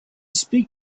speak